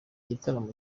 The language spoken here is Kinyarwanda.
gitaramo